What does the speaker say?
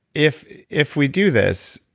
if if we do this,